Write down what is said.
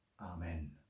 Amen